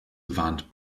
warnt